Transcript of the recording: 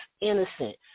innocent